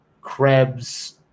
krebs